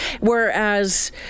Whereas